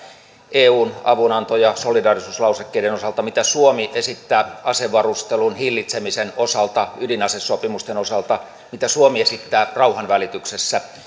eun avunanto ja solidaarisuuslausekkeiden osalta mitä suomi esittää asevarustelun hillitsemisen osalta ydinasesopimusten osalta mitä suomi esittää rauhanvälityksessä